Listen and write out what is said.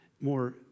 more